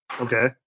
okay